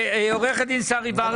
עורכת הדין שרי ורדי.